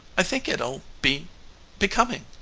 i think it'll be becoming.